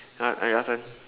right uh your turn